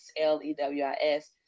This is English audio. L-E-W-I-S